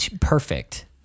Perfect